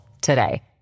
today